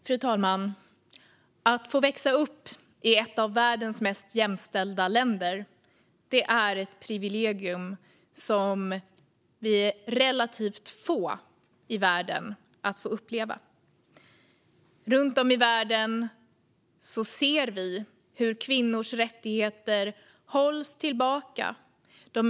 Fru talman! Att få växa upp i ett av världens mest jämställda länder är ett privilegium som relativt få i världen får uppleva. Vi ser hur kvinnors rättigheter hålls tillbaka runt om i världen.